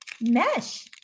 mesh